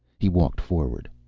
he walked forward.